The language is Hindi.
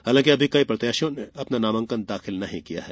हालांकि अभी कई प्रत्याशियों ने अपना नामांकन दाखिल नहीं किया है